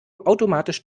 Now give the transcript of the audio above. automatisch